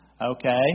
okay